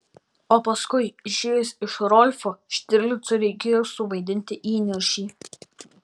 o paskui išėjus iš rolfo štirlicui reikėjo suvaidinti įniršį